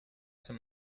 some